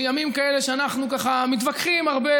בימים כאלה שאנחנו ככה מתווכחים הרבה,